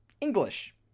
English